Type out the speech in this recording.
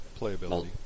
playability